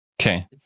Okay